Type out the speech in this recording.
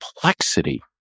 complexity